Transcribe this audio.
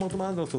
אמרתי: מה לעשות,